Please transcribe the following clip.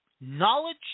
knowledge